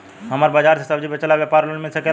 हमर बाजार मे सब्जी बेचिला और व्यापार लोन मिल सकेला?